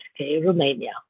Romania